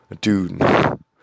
Dude